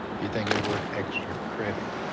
you think it's worth extra credit?